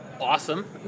Awesome